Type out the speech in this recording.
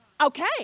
Okay